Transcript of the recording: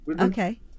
Okay